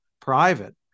private